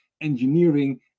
engineering